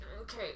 Okay